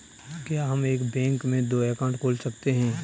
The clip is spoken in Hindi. क्या हम एक बैंक में दो अकाउंट खोल सकते हैं?